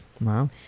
Wow